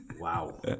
wow